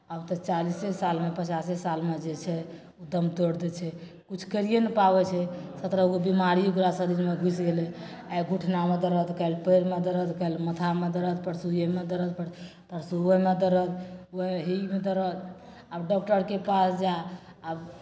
अब तऽ चालिसे साल पचासे सालमे जे छै दम तोड़ देइ छै कुछ करिए नै पाबै छै सत्रह गो बिमारी ओकरा शरीर मे घुइस गेलै आइ घुटना मे दरद काल्हि पैर मे दरद काल्हि माथामे दरद परसु एमे दरद पर परसु ओहिमे दरद ओहिमे दरद आब डॉक्टरके पास जा आब